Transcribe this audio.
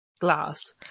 glass